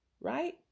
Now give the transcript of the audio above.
right